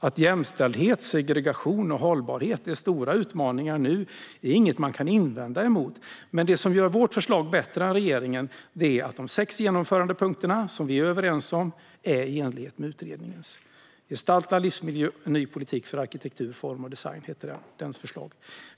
Att jämställdhet, segregation och hållbarhet är stora utmaningar nu är inget man kan invända mot, men det som gör vårt förslag bättre än regeringens är att de sex genomförandepunkter som vi är överens om är i enlighet med utredningens. Gestaltad livsmiljö - en ny politik för arkitektur, form och design heter dess förslag.